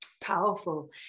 powerful